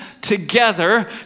together